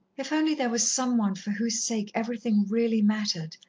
if only there was some one for whose sake everything really mattered,